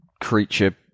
creature